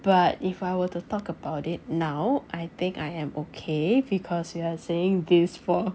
but if I were to talk about it now I think I am okay because you are saying this for